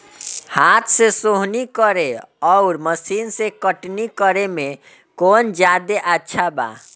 हाथ से सोहनी करे आउर मशीन से कटनी करे मे कौन जादे अच्छा बा?